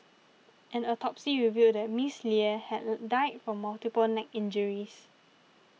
an autopsy revealed that Miss Lie had died from multiple neck injuries